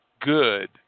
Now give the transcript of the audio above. good